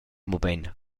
mobein